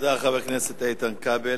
תודה לחבר הכנסת איתן כבל.